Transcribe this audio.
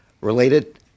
related